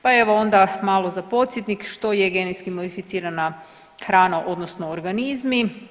Pa evo onda malo za podsjetnik, što je genetski modificirana hrana odnosno organizmi.